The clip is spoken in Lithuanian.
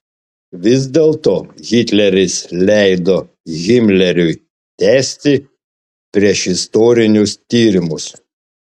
vis dėlto hitleris leido himleriui tęsti priešistorinius tyrimus